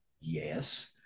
yes